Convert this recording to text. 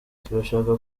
turashaka